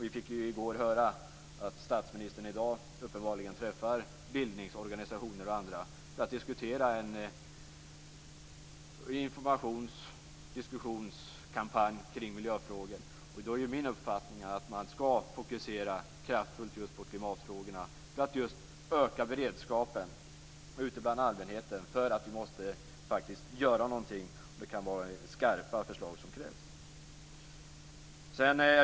Vi fick ju i går höra att statsministern i dag träffar bildningsorganisationer och andra för att diskutera en informations och diskussionskampanj kring miljöfrågor. Min uppfattning är att man då ska fokusera kraftfullt just på klimatfrågorna för att öka beredskapen ute bland allmänheten för att faktiskt göra någonting, och det kan vara skarpa förslag som krävs.